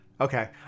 okay